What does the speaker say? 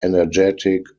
energetic